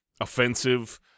offensive